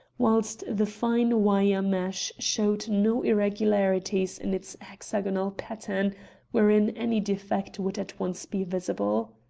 whilst the fine wire mesh showed no irregularities in its hexagonal pattern wherein any defect would at once be visible.